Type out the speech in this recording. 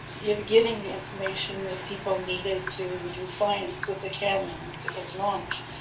you know, getting the information that people needed to do science with the camera once it was launched.